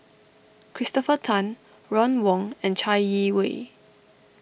Christopher Tan Ron Wong and Chai Yee Wei